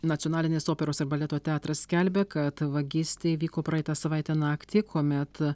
nacionalinis operos ir baleto teatras skelbia kad vagystė įvyko praeitą savaitę naktį kuomet